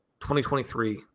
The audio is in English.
2023